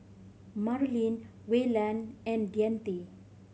Marilynn Wayland and Deante